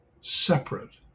separate